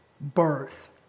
birth